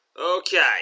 Okay